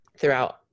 throughout